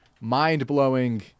mind-blowing